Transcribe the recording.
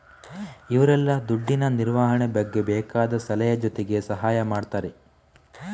ಇವ್ರೆಲ್ಲ ದುಡ್ಡಿನ ನಿರ್ವಹಣೆ ಬಗ್ಗೆ ಬೇಕಾದ ಸಲಹೆ ಜೊತೆಗೆ ಸಹಾಯ ಮಾಡ್ತಾರೆ